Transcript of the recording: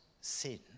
sin